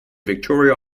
victoria